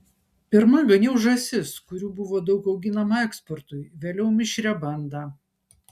pirma ganiau žąsis kurių buvo daug auginama eksportui vėliau mišrią bandą